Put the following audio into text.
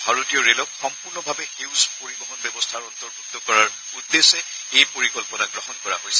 ভাৰতীয় ৰেলক সম্পূৰ্ণভাৱে সেউজ পৰিবহন ব্যৱস্থাৰ অন্তৰ্ভূক্ত কৰাৰ উদ্দেশ্যে এই পৰিকল্পনা গ্ৰহণ কৰা হৈছে